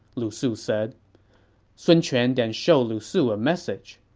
lu su said sun quan then showed lu su a message.